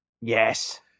Yes